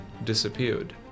Disappeared